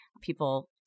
People